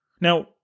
Now